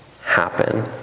happen